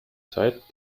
zeit